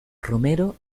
romero